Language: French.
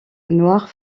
noire